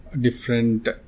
different